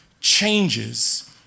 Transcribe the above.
changes